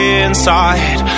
inside